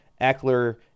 Eckler